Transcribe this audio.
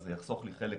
אז זה יחסוך לי חלק